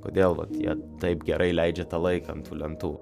kodėl jie vat taip gerai leidžia tą laiką ant tų lentų